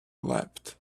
leapt